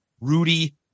Rudy